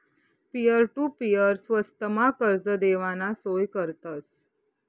peer to peer स्वस्तमा कर्ज देवाना सोय करतस